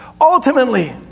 Ultimately